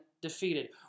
defeated